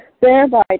thereby